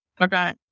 Okay